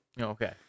Okay